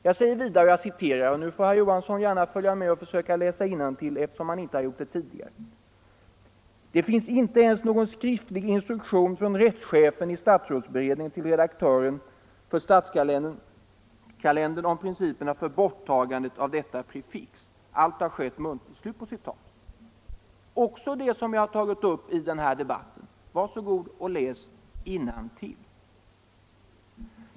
Jag säger vidare, och nu kan herr Johansson försöka följa med, eftersom han tydligen inte har gjort det tidigare, eller senare försöka läsa innantill: ”Det finns inte ens någon skriftlig instruktion från rättschefen i statsrådsberedningen till redaktören för statskalendern om principerna för borttagandet av detta prefix. Allt har skett muntligt.” Också detta har jag alltså tagit upp i den här debatten. Var så god och läs innantill!